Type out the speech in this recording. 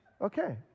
Okay